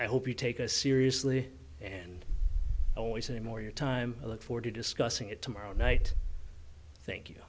i hope you take a seriously and always say more your time i look forward to discussing it tomorrow night thank you